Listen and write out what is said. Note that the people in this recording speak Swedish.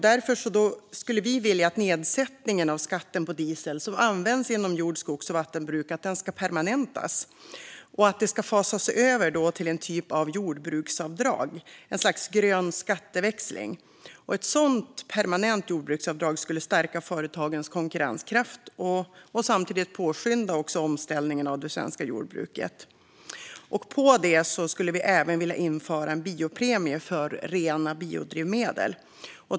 Därför skulle vi vilja att nedsättningen av skatten på diesel som används inom jord, skogs och vattenbruk ska permanentas och fasas över till en typ av jordbruksavdrag genom ett slags grön skatteväxling. Ett sådant permanent jordbruksavdrag skulle stärka företagens konkurrenskraft och samtidigt påskynda omställningen av det svenska jordbruket. Dessutom skulle vi vilja införa en biopremie för rena biodrivmedel.